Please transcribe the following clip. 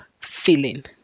feeling